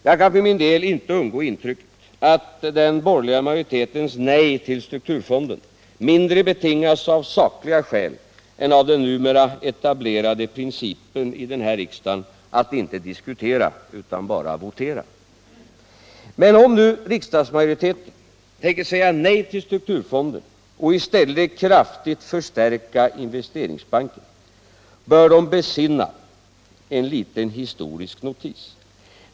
Jag kan för min del inte undgå intrycket att den borgerliga majoritetens nej till strukturfonden mindre betingas av sakliga skäl än av den numera etablerade principen i den här riksdagen — att inte diskutera utan bara votera. Men om riksdagsmajoriteten tänker säga nej till strukturfonden och i stället kraftigt förstärka Investeringsbanken, bör den besinna en liten historisk notis.